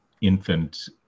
infant